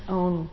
own